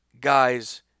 guys